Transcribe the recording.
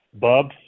Bub